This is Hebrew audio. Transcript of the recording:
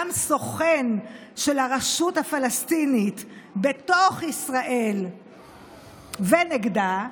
סוכן של הרשות הפלסטינית בתוך ישראל ונגדה,